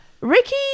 Ricky